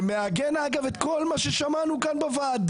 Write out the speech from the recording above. ומעגן, אגב, את כל מה ששמענו כאן בוועדה.